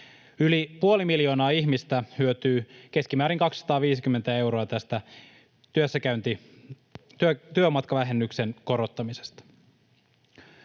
Yli puoli miljoonaa ihmistä hyötyy keskimäärin 250 euroa työmatkavähennyksen korottamisesta.